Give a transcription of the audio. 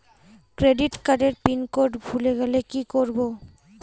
Credit কার্ডের pin code ভুলে গেলে কি করব?